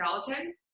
skeleton